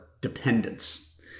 Dependence